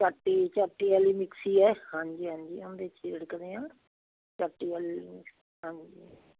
ਚਾਟੀ ਚਾਟੀ ਵਾਲੀ ਮਿਕਸੀ ਹੈ ਹਾਂਜੀ ਹਾਂਜੀ ਉਹਦੇ 'ਚ ਰਿੜਕਦੇ ਹਾਂ ਚਾਟੀ ਵਾਲੀ ਹਾਂਜੀ